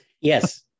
Yes